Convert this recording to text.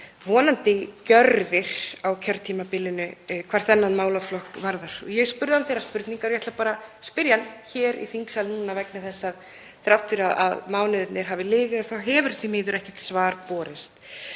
vonandi gjörðum á kjörtímabilinu hvað þennan málaflokk varðar. Ég spurði hann spurningar og ætla bara spyrja hann aftur í þingsal núna vegna þess að þrátt fyrir að mánuðirnir hafi liðið hefur því miður ekkert svar borist.